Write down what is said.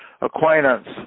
acquaintance